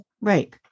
Right